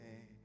hey